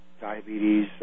diabetes